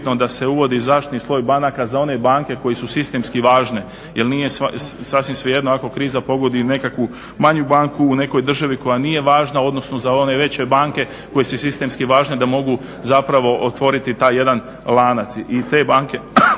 da se uvodi zaštitni sloj banaka za one banke koje su sistemski važne jer nije sasvim svejedno ako kriza pogodi nekakvu manju banku u nekoj državi koja nije važna odnosno za one veće banke koje su sistemski važne da mogu zapravo otvoriti taj jedan lanac i te banke